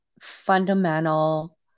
fundamental